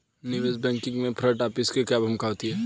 निवेश बैंकिंग में front office की क्या भूमिका होती है?